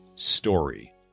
story